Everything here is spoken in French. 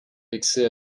vexé